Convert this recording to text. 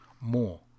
more